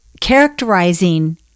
characterizing